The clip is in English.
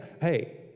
Hey